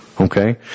Okay